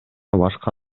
башка